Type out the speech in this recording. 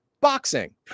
Boxing